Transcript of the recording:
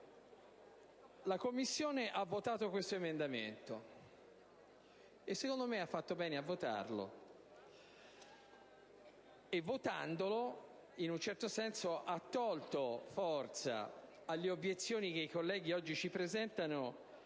La Commissione ha votato questo emendamento e, secondo me, ha fatto bene a votarlo. E votandolo, in un certo senso, ha tolto forza alle obiezioni che i colleghi oggi ci presentano,